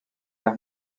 las